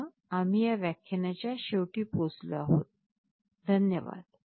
यासह आम्ही या व्याख्यानाच्या शेवटी पोहोचलो आहोत धन्यवाद